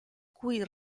cui